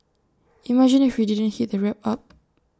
imagine if she didn't heat the wrap up